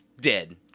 dead